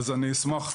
אשמח.